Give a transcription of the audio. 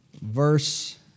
Verse